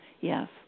Yes